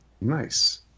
Nice